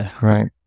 right